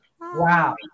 wow